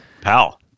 Pal